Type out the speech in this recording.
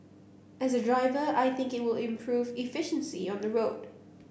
as a driver I think it will improve efficiency on the road